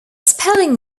spelling